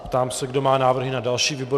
Ptám se, kdo má návrhy na další výbor.